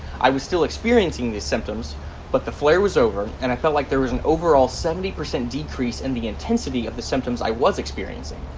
i was still experiencing these symptoms but the flare was over and i felt like there an overall seventy percent decrease in the intensity of the symptoms i was experiencing.